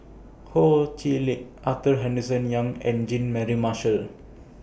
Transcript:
Ho Chee Lick Arthur Henderson Young and Jean Mary Marshall